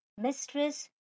mistress